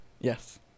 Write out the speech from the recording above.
Yes